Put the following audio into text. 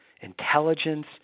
intelligence